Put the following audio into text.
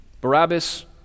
Barabbas